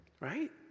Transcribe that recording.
Right